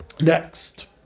next